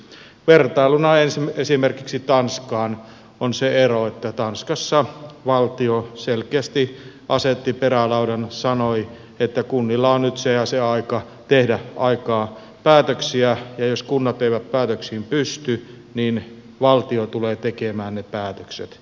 vertailuna esimerkiksi tanskaan on se ero että tanskassa valtio selkeästi asetti perälaudan sanoi että kunnilla on nyt se ja se aika tehdä päätöksiä ja jos kunnat eivät päätöksiin pysty niin valtio tulee tekemään ne päätökset